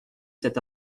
cet